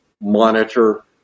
monitor